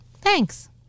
Thanks